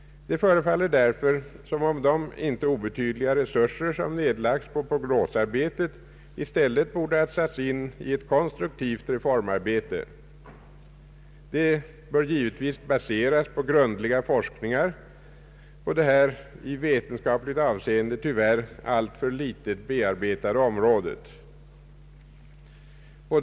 Det förefaller som om de inte obetydliga resurser som har nedlagts på prognosarbetet i stället borde ha'satts in på ett konstruktivt reformarbete, som givetvis bör baseras på grundliga forskningar på detta i vetenskapligt avseende tyvärr alltför litet bearbetade område.